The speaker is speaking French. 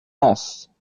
lens